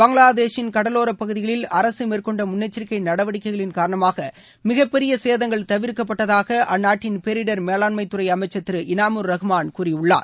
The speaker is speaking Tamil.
பங்களாதேஷின் கடலோரப் பகுதிகளில் அரசு மேற்கொண்ட முன்னெச்சரிக்கை நடவடிக்கைகளின் காரணமாக மிகப்பெரிய சேதங்கள் தவிர்க்கப்பட்டதாக அந்நாட்டின் பேரிடர் மேலாண்மை துறை அமைச்சர் திரு இனாமூர் ரஹ்மான் கூறியுள்ளார்